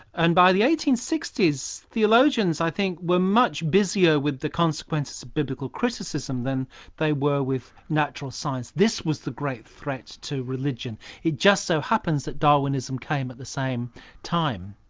and by the eighteen sixty s theologians i think were much busier with the consequences of biblical criticism than they were with natural science. this was the great threat to religion it just so happens that darwinism came at the same time.